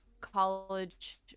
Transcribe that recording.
college